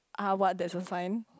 uh what that's your sign